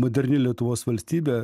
moderni lietuvos valstybė